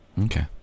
Okay